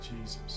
Jesus